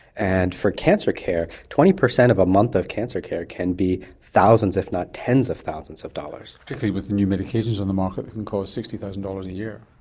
and for cancer care, twenty percent of a month of cancer care can be thousands if not tens of thousands of dollars. particularly with the new medications on the market, it can cost sixty thousand dollars a year.